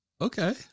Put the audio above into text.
Okay